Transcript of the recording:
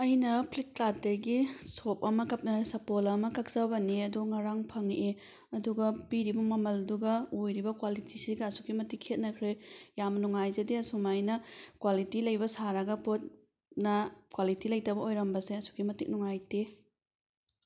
ꯑꯩꯅ ꯐ꯭ꯂꯤꯞ ꯀꯥꯔ꯭ꯗꯇꯒꯤ ꯁꯣꯞ ꯑꯃ ꯁꯥꯄꯣꯜ ꯑꯃ ꯀꯛꯆꯕꯅꯤ ꯑꯗꯨ ꯉꯔꯥꯡ ꯐꯪꯉꯛꯑꯦ ꯑꯗꯨꯒ ꯄꯤꯔꯤꯕ ꯃꯃꯜꯗꯨꯒ ꯑꯣꯏꯔꯤꯕ ꯀ꯭ꯋꯥꯂꯤꯇꯤꯁꯤꯒ ꯑꯁꯨꯛꯀꯤ ꯃꯇꯤꯛ ꯈꯦꯠꯅꯈ꯭ꯔꯦ ꯌꯥꯝ ꯅꯨꯡꯉꯥꯏꯖꯗꯦ ꯑꯁꯨꯃꯥꯏꯅ ꯀ꯭ꯋꯥꯂꯤꯇꯤ ꯂꯩꯕ ꯁꯥꯔꯒ ꯄꯣꯠꯅ ꯀ꯭ꯋꯥꯂꯤꯇꯤ ꯂꯩꯇꯕ ꯑꯣꯏꯔꯝꯕꯁꯦ ꯑꯁꯨꯛꯀꯤ ꯃꯇꯤꯛ ꯅꯨꯡꯉꯥꯏꯇꯦ